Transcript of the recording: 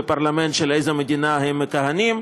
בפרלמנט של איזו מדינה הם מכהנים.